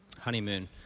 honeymoon